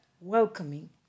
welcoming